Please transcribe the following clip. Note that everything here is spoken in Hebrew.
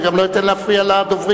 וגם לא אתן להפריע לדוברים.